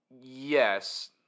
yes